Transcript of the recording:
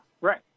right